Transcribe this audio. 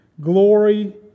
glory